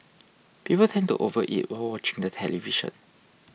people tend to overeat while watching the television